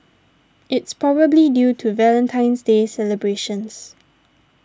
it's probably due to Valentine's Day celebrations